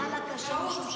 מה זה עוזר עכשיו?